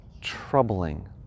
troubling